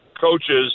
coaches